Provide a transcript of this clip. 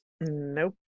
Nope